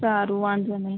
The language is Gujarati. સારુ વાંધો નહીં